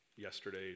yesterday